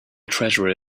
treasure